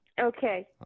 Okay